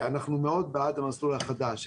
אנחנו מאוד בעד המסלול החדש,